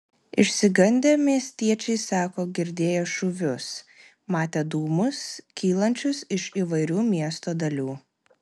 išsigandę miestiečiai sako girdėję šūvius matę dūmus kylančius iš įvairių miesto dalių